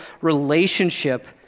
relationship